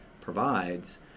provides